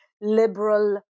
liberal